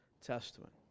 Testament